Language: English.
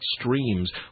streams